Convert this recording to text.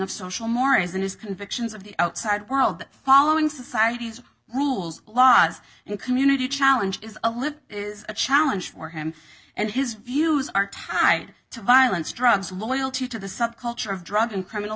of social mores and his convictions of the outside world following society's rules laws and community challenges of living is a challenge for him and his views are tied to violence drugs loyalty to the subculture of drug and criminal